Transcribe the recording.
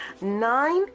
Nine